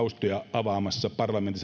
avaamassa parlamentaarista keskustelua avaamassa